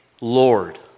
Lord